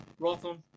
Rotham